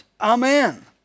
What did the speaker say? Amen